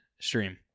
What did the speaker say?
stream